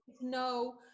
no